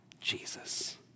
Jesus